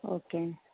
okay